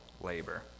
labor